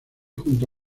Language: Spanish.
junto